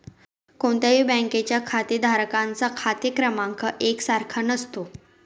कोणत्याही बँकेच्या खातेधारकांचा खाते क्रमांक एक सारखा नसतो